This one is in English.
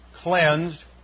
cleansed